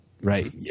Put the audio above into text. right